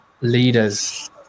leaders